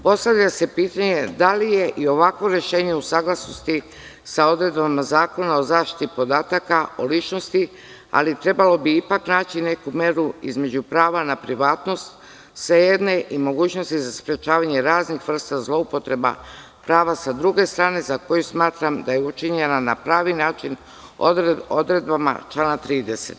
Postavlja se pitanje da li je i ovakvo rešenje u saglasnosti sa odredbom Zakona o zaštiti podataka o ličnosti, ali trebalo bi ipak naći neku meru između prava na privatnost sa jedne i mogućnosti za sprečavanje raznih vrsta zloupotreba prava sa druge strane, za koju smatram da je učinjena na pravi način odredbama člana 30.